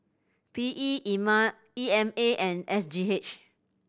P E Ema E M A and S G H